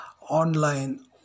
online